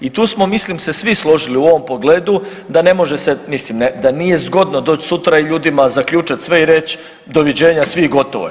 I tu smo mislim se svi složili u ovom pogledu da ne može se, mislim da nije zgodno doći sutra i ljudima zaključat sve i reći doviđenja svi, gotovo je.